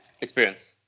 experience